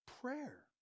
prayer